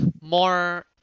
more